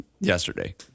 Yesterday